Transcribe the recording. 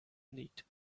neat